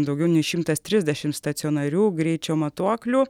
daugiau nei šimtas trisdešimt stacionarių greičio matuoklių